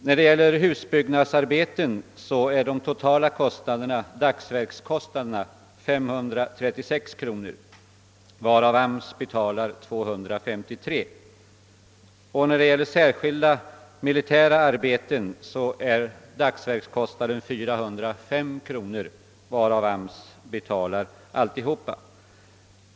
När det gäller husbyggnadsarbeten är den totala dagsverkskostnaden 536 kronor, varav AMS betalar 253 kronor. Dagsverkskostnaden för särskilda militära arbeten är 405 kronor, och det beloppet betalas helt av AMS.